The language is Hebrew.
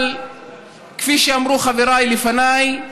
אבל כפי שאמרו חבריי לפניי,